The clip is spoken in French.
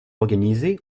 organisé